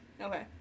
Okay